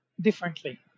differently